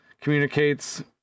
communicates